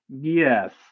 Yes